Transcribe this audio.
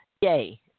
yay